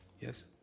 Yes